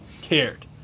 cared